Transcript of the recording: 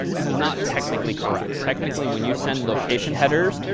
this is not technically correct. technically, when you send location headers,